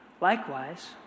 Likewise